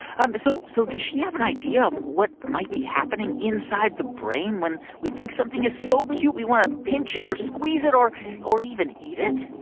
um but so so does she have an idea of what might be happening inside the brain when we think something is so cute we want to pinch it or squeeze it or or even eat it?